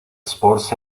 sports